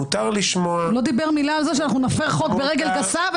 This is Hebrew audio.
מותר לשמוע --- הוא לא דיבר מילה על זה שאנחנו נפר חוק ברגל גסה,